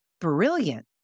brilliant